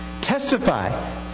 Testify